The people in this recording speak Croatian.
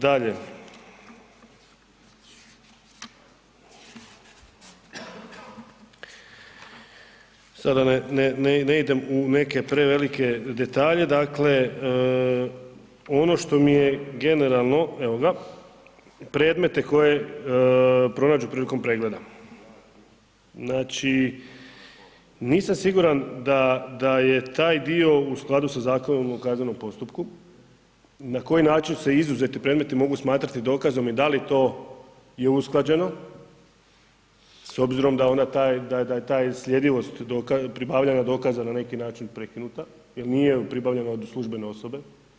Dalje, sada ne idem u neke prevelike detalje, dakle, ono što mi je generalno, predmete koje pronađu prilikom pregleda, znači, nisam siguran, da je taj dio u skladu sa Zakonom o kaznenom postupku, na koji način se izuzeti predmeti mogu smatrati dokazom i da li je to usklađeno, s obzirom da ona taj, da je ta sjedljivost, pribavljanja dokaza, na neki način prekinuta, jer nije pribavljena od službene osobe.